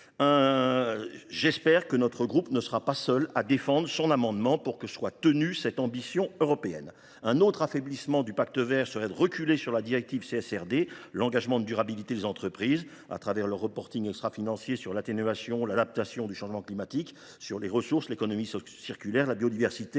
le vœu que notre groupe ne soit pas seul à défendre son amendement visant à ce que soit tenue cette ambition européenne. Un autre affaiblissement du Pacte vert serait de reculer sur la directive CSRD, sur l’engagement de durabilité des entreprises au travers du extrafinancier, sur l’atténuation et l’adaptation au changement climatique, sur les ressources, sur l’économie circulaire et sur la biodiversité.